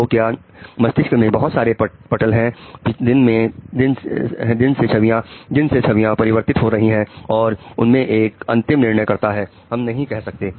तो क्या मस्तिष्क में बहुत सारे पटेल हैं दिन से छवियां परिवर्तित हो रही हैं और उनमें से एक अंतिम निर्णय करता है हम नहीं कह सकते हैं